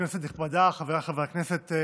כנסת נכבדה, חבריי חברי הכנסת,